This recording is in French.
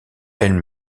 elles